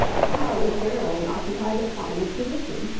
cows generally occupy the prominent position.